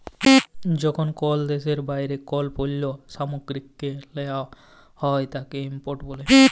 যখন কল দ্যাশের বাইরে কল পল্য সামগ্রীকে লেওয়া হ্যয় তাকে ইম্পোর্ট ব্যলে